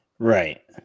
Right